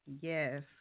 Yes